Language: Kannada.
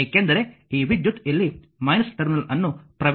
ಏಕೆಂದರೆ ಈ ವಿದ್ಯುತ್ ಇಲ್ಲಿ ಟರ್ಮಿನಲ್ ಅನ್ನು ಪ್ರವೇಶಿಸುತ್ತಿದೆ